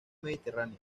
mediterránea